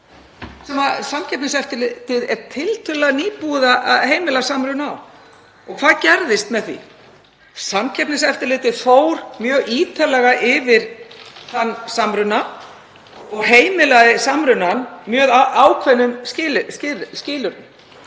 Samkeppniseftirlitið er tiltölulega nýbúið að heimila þann samruna. Hvað gerðist með því? Samkeppniseftirlitið fór mjög ítarlega yfir þann samruna og heimilaði hann með mjög ákveðnum skilyrðum,